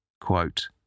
quote